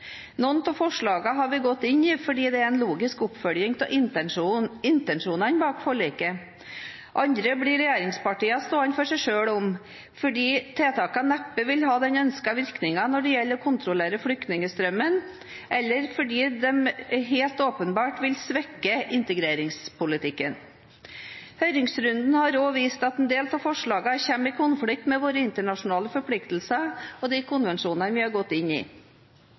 Noen av forslagene har vi gått inn i fordi de er en logisk oppfølging av intensjonene bak forliket. Andre blir regjeringspartiene stående for seg selv om fordi tiltakene neppe vil ha den ønskede virkningen når det gjelder å kontrollere flyktningstrømmen, eller fordi de helt åpenbart vil svekke integreringspolitikken. Høringsrunden har også vist at en del av forslagene kommer i konflikt med våre internasjonale forpliktelser og de konvensjonene vi har gått inn i.